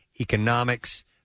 economics